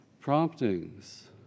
promptings